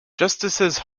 justices